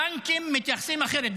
הבנקים מתייחסים אחרת,